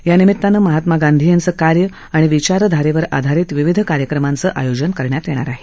यानिमित्तानं महात्मा गांधी यांचं कार्य आणि विचारधारेवर आधारित विविध कार्यक्रमांचं आयोजन करण्यात येणार आहे